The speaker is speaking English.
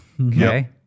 Okay